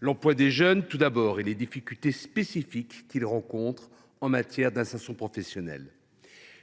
l’emploi des jeunes et les difficultés spécifiques que ceux ci rencontrent en matière d’insertion professionnelle.